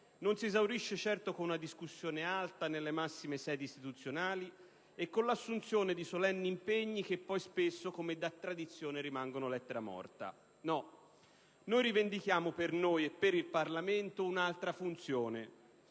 non si esauriscono certo con una discussione alta nelle massime sedi istituzionali e con l'assunzione di solenni impegni che poi spesso, come da tradizione, rimangono lettera morta. No, rivendichiamo per noi e per il Parlamento un'altra funzione: